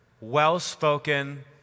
well-spoken